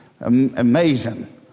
amazing